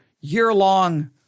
year-long